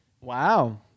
Wow